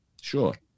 sure